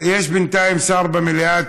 יש בינתיים שר במליאה.